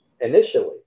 initially